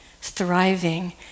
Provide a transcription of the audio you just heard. thriving